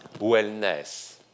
wellness